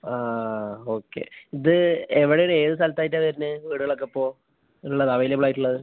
ആ ഓക്കെ ഇത് എവിടെയാണ് ഇത് ഏത് സ്ഥലത്തായിട്ടാണ് വരണത് വീടുകളൊക്കെ അപ്പോൾ ഉള്ളത് അവൈലബിൾ ആയിട്ടുള്ളത്